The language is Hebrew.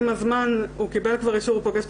עם הזמן הוא קיבל כבר אישור והוא פוגש את